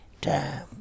Time